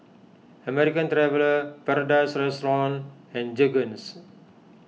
American Traveller Paradise Restaurant and Jergens